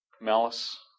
Malice